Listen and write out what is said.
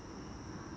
okay